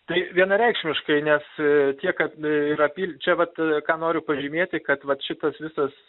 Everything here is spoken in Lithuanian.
tai vienareikšmiškai nes tiek kad ir apyl čia vat ką noriu pažymėti kad vat šitas visas